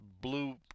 blue